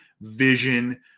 vision